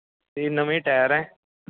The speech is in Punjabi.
ਅਤੇ ਨਵੇਂ ਟਾਇਰ ਹੈ